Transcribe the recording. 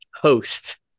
host